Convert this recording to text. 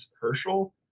Herschel